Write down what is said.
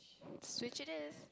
Switch it is